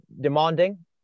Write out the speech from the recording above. demanding